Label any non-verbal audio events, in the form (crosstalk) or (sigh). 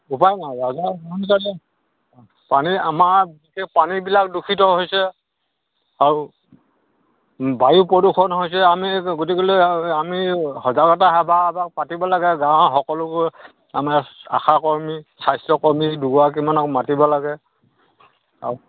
উপায় নাই (unintelligible) পানী আমাৰ বিশেষকৈ পানীবিলাক দূষিত হৈছে আৰু বায়ু প্ৰদূষণ হৈছে আমি গতিকলে আমি সজাগতা সভা এভাগ পাতিব লাগে গাঁৱৰ সকলোবোৰ আমাৰ আশা কৰ্মী স্বাস্থ্য কৰ্মী দুগৰাকীমানক মাতিব লাগে আৰু